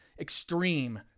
extreme